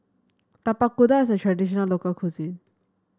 Tapak Kuda is a traditional local cuisine